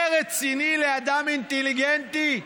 זה רציני לאדם אינטליגנטי?